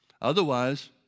Otherwise